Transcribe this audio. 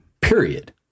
period